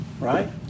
Right